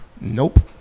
Nope